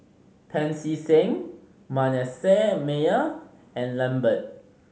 Pancy Seng Manasseh Meyer and Lambert